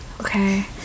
Okay